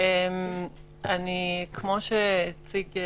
אני סגנית